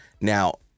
now